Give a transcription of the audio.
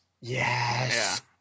Yes